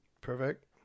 Perfect